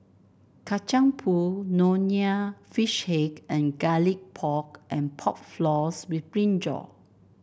Kacang Pool Nonya Fish Head and Garlic Pork and Pork Floss with brinjal